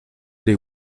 les